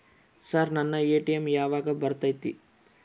Sir ನನ್ನ ATM ಯಾವಾಗ ಬರತೈತಿ?